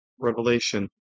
revelation